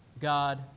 God